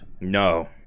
No